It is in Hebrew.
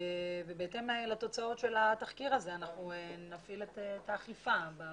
בהתאם לתוצאות של התחקיר הזה אנחנו נפעיל את האכיפה בנושא.